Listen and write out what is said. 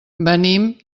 venim